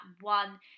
one